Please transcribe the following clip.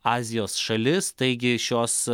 azijos šalis taigi šios